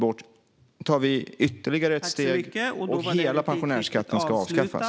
Nu tar vi ytterligare ett steg. Hela pensionärsskatten ska avskaffas.